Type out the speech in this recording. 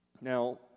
Now